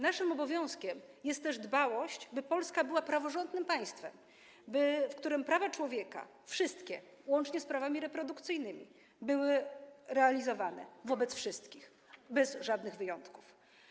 Naszym obowiązkiem jest też dbałość, by Polska była praworządnym państwem, w którym prawa człowieka, wszystkie, łącznie z prawami reprodukcyjnymi, były realizowane wobec wszystkich bez żadnych wyjątków.